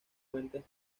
fuentes